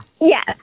Yes